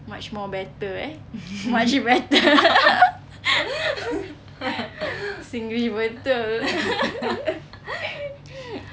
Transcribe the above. much more better eh much better singlish betul